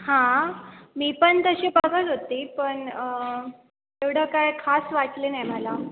हां मी पण तशी बघत होती पण एवढं काय खास वाटले नाही मला